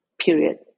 period